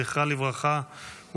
זכרה לברכה,